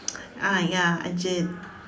ah ya I did